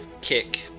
kick